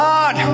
God